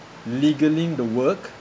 legalising the work